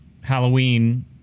Halloween